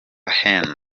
henri